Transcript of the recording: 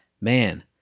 man